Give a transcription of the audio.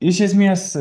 iš esmės